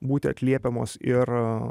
būti atliekamos ir